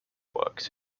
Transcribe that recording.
works